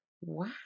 wow